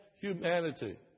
humanity